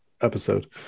episode